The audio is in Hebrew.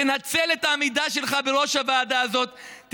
תנצל את העמידה שלך בראש הוועדה הזאת,